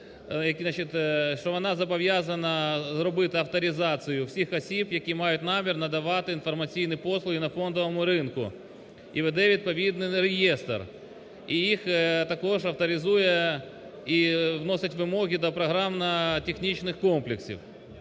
що вона зобов'язана робити авторизацію всіх осіб, які мають намір надавати інформаційні послуги на фондовому ринку, і веде відповідний реєстр і їх також авторизує і вносить вимоги до програмно-технічних комплексів.